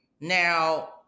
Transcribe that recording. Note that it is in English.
now